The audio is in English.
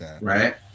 Right